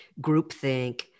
groupthink